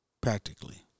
Practically